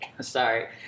Sorry